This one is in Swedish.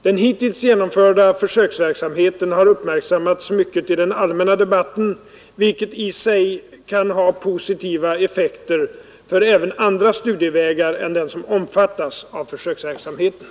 Den hittills genomförda försöksverksamheten har uppmärksammats mycket i den allmänna debatten, vilket i sig kan ha positiva effekter för även andra studievägar än dem som omfattas av försöksverksamheten.